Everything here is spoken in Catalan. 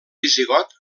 visigot